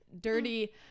dirty